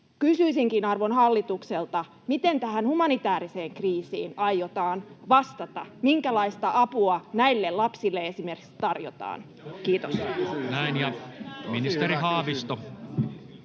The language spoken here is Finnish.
Kysyisinkin arvon hallitukselta: Miten tähän humanitääriseen kriisiin aiotaan vastata? Minkälaista apua esimerkiksi näille lapsille tarjotaan? — Kiitos.